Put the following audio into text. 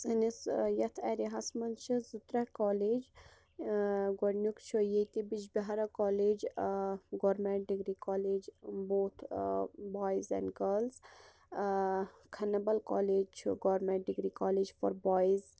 سٲنِس یتھ ایریاہَس مَنٛز چھ زٕ ترےٚ کالیج گۄدنیُک چھُ ییٚتہِ Bijbehara college government degree college both boys and girls Khanabal college چھُ government degree college for boys